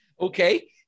okay